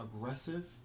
aggressive